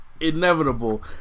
inevitable